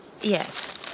Yes